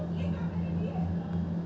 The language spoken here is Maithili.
आलु बोहा विधि सै अच्छा होय छै?